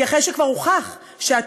כי אחרי שכבר הוכח שהתובעות